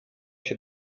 się